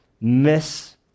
miss